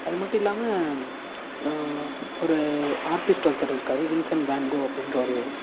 அது மட்டும் இல்லாமல் ஒரு ஆர்ட்டிஸ்ட் ஒருத்தர் இருக்கார் வின்சென்ட் வான் கோ அப்படின்ற ஒரு